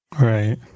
Right